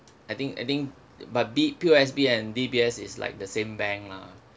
I think I think but b~ P_O_S_B and D_B_S is like the same bank lah